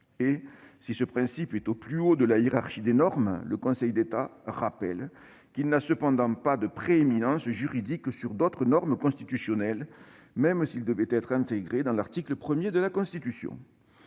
si un tel principe est au plus haut dans la hiérarchie des normes, le Conseil d'État rappelle qu'il n'a pas de prééminence juridique sur d'autres dispositions constitutionnelles, même s'il devait être intégré dans l'article 1 de la Loi